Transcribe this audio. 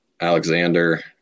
Alexander